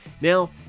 now